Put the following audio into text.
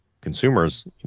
consumers